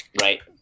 right